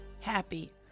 happy